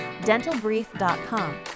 dentalbrief.com